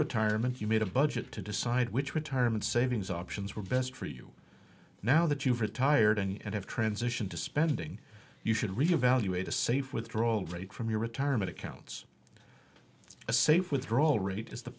retirement you made a budget to decide which retirement savings options were best for you now that you've retired and have transitioned to spending you should really evaluate a safe withdrawal rate from your retirement accounts a safe withdrawal rate is the